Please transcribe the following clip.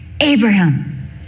Abraham